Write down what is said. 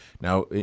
Now